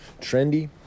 trendy